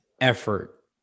effort